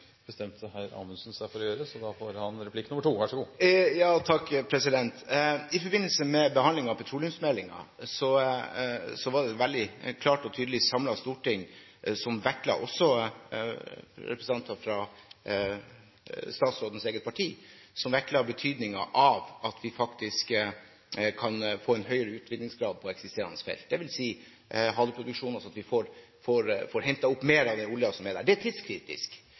bestemte hr. Amundsen seg for å gjøre, så da får han replikk nummer to – vær så god. Takk, president! I forbindelse med behandlingen av petroleumsmeldingen var det et veldig klart og tydelig, samlet storting – også representanter fra statsrådens eget parti – som vektla betydningen av at vi faktisk kan få en høyere utvinningsgrad på eksisterende felt, dvs. haleproduksjon, altså at vi får hentet opp mer av den oljen som er der. Det er tidskritisk.